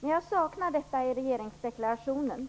Men jag saknar detta i regeringsdeklarationen.